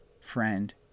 friend